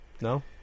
No